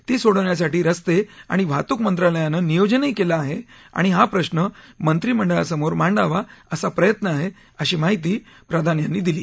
ती सोडवण्यासाठी रस्ते आणि वाहतूक मंत्रालयानं नियोजनही केलं आहे आणि हा प्रश्न मंत्रिमंडळासमोर मांडावा असा प्रयत्न आहे अशी माहिती प्रधान यांनी दिली